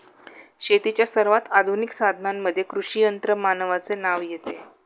शेतीच्या सर्वात आधुनिक साधनांमध्ये कृषी यंत्रमानवाचे नाव येते